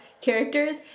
Characters